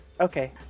Okay